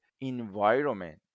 environment